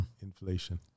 inflation